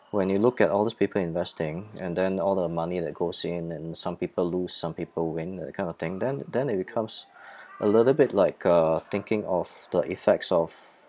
when you look at all those people investing and then all the money that goes in and some people lose some people win that kind of thing then then it becomes a little bit like uh thinking of the effects of